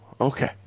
Okay